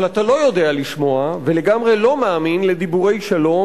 אבל אתה לא יודע לשמוע ולגמרי לא מאמין לדיבורי שלום.